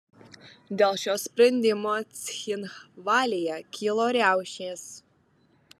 dėl šio sprendimo cchinvalyje kilo riaušės